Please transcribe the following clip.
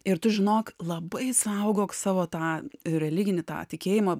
ir tu žinok labai saugok savo tą religinį tą tikėjimą